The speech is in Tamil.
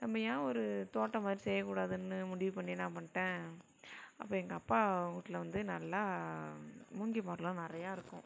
நம்ம ஏன் ஒரு தோட்டம் மாதிரி செய்யக்கூடாதுன்னு முடிவு பண்ணி என்ன பண்ணிவிட்டேன் அப்போ எங்கள் அப்பா வீட்டுல வந்து நல்லா முங்கிமரம்லாம் நிறையா இருக்கும்